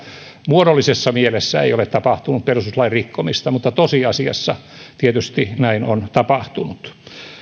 muodollisessa mielessä ei ole tapahtunut perustuslain rikkomista mutta tosiasiassa tietysti näin on tapahtunut